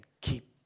keep